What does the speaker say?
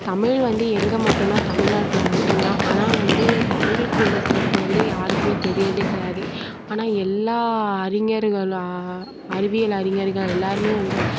தமிழ் வந்து எங்கே மட்டுனால் தமிழ் நாட்டில் மட்டும் தான் ஆனால் வந்து தமிழுக்குள்ள சிறப்பு வந்து யாருக்குமே தெரிகிறதே கிடையாது ஆனால் எல்லாம் அறிஞர்களும் அறிவியல் அறிஞர்கள் எல்லாருமே வந்து